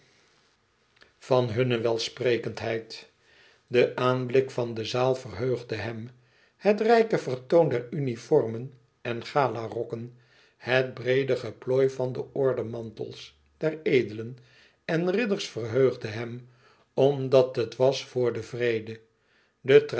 van hunne welsprekendheid de aanblik van de zaal verheugde hem het rijke vertoon der uniformen en galarokken het breede geplooi van de ordemantels der edelen en ridders verheugde hem omdat het was voor den vrede